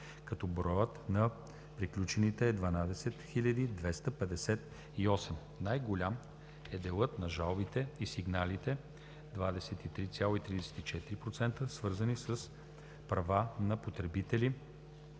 като броят на приключените е 12 258. Най голям е делът на жалбите и сигналите 23,34%, свързани с права на потребители